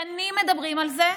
שנים מדברים על זה,